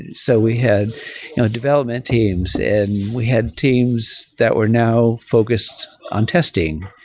so we had development teams and we had teams that were now focused on testing.